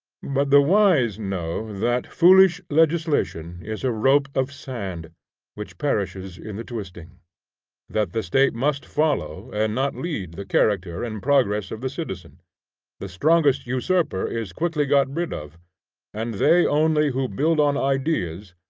but the wise know that foolish legislation is a rope of sand which perishes in the twisting that the state must follow and not lead the character and progress of the citizen the strongest usurper is quickly got rid of and they only who build on ideas,